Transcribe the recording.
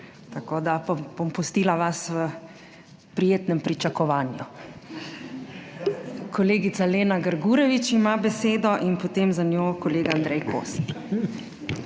tako da bom pustila vas v prijetnem pričakovanju. Kolegica Lena Grgurevič ima besedo in potem za njo kolega Andrej Kosi.